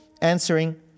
answering